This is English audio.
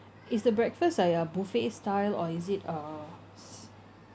is the breakfast like a buffet style or is it uh